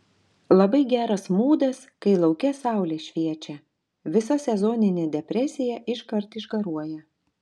labai geras mūdas kai lauke saulė šviečia visa sezoninė depresija iškart išgaruoja